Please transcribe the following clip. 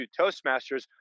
Toastmasters